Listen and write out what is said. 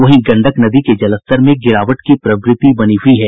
वहीं गंडक नदी के जलस्तर में गिरावट की प्रवृति बनी हुयी है